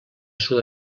sud